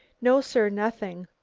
no, sir, nothing.